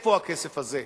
איפה הכסף הזה?